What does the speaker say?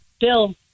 Bill